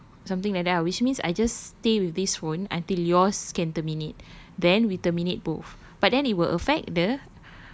ya something like that ah which means I just stay with this phone until yours can terminate then we terminate both but then it will affect the